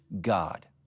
God